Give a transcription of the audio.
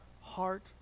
heart